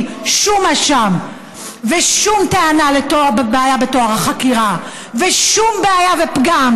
שום אשם ושום בעיה בטוהר החקירה ושום בעיה ופגם,